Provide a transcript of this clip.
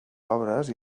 obres